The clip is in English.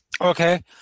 Okay